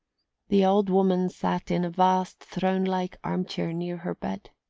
the old woman sat in a vast throne-like arm-chair near her bed.